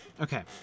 Okay